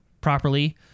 properly